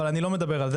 אבל אני לא מדבר על זה,